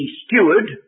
steward